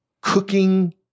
cooking